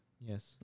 Yes